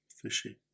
fishy